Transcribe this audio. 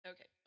Okay